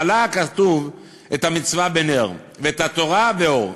תלה הכתוב את המצווה בנר ואת התורה באור.